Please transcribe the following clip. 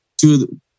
two